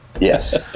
Yes